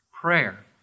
prayer